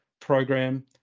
program